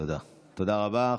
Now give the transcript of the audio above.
תודה רבה.